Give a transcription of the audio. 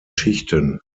schichten